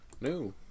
No